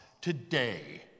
today